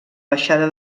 baixada